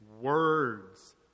words